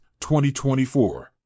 2024